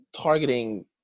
targeting